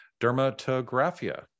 dermatographia